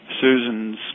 Susan's